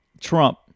trump